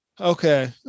okay